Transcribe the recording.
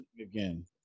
again